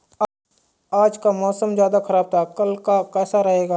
आज का मौसम ज्यादा ख़राब था कल का कैसा रहेगा?